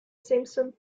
simpson